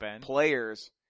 players